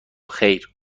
خیر